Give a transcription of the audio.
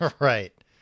Right